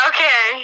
Okay